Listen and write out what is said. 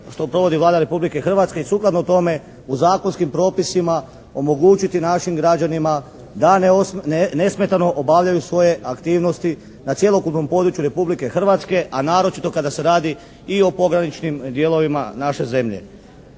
što provodi Vlada Republike Hrvatske. I sukladno tome u zakonskim propisima omogućiti našim građanima da nesmetano obavljaju svoje aktivnosti na cjelokupnom području Republike Hrvatske, a naročito kada se radi i o pograničnim dijelovima naše zemlje.